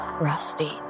Rusty